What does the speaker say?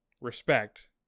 respect